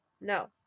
No